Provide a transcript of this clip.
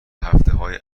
هفتههای